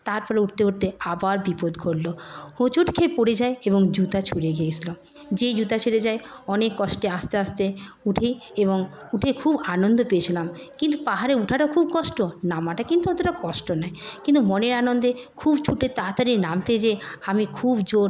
তারপর উঠতে উঠতে আবার বিপদ ঘটল হোঁচট খেয়ে পড়ে যাই এবং জুতা ছুঁড়ে গিয়েছিল যেই জুতা ছিঁড়ে যায় অনেক কষ্টে আস্তে আস্তে উঠি এবং উঠে খুব আনন্দ পেয়েছিলাম কিন্তু পাহাড়ে ওঠাটা খুব কষ্ট নামাটা কিন্তু অতটা কষ্ট নেই কিন্তু মনের আনন্দে খুব ছুটে তাড়াতাড়ি নামতে যেয়ে আমি খুব জোর